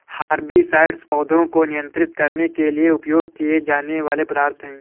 herbicides पौधों को नियंत्रित करने के लिए उपयोग किए जाने वाले पदार्थ हैं